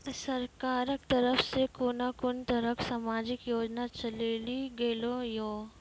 सरकारक तरफ सॅ कून कून तरहक समाजिक योजना चलेली गेलै ये?